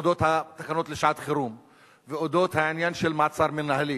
על התקנות לשעת-חירום ועל העניין של מעצר מינהלי.